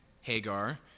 Hagar